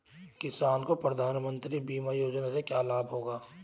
किसानों को प्रधानमंत्री बीमा योजना से क्या लाभ होगा?